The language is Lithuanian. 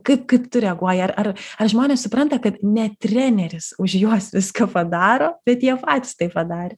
kaip kaip tu reaguoji ar ar ar žmonės supranta kad ne treneris už juos viską padaro bet jie patys tai padarė